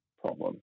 problem